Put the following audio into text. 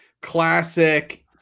classic